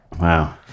wow